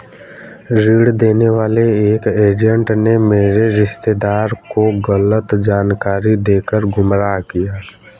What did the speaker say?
ऋण देने वाले एक एजेंट ने मेरे रिश्तेदार को गलत जानकारी देकर गुमराह किया